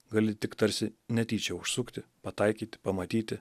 gali tik tarsi netyčia užsukti pataikyti pamatyti